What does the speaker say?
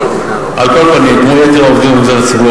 כמו יתר העובדים במגזר הציבורי,